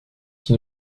qui